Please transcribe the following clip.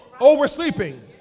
Oversleeping